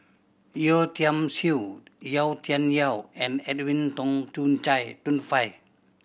Yeo Tiam Siew Yau Tian Yau and Edwin Tong Chun Tong Fai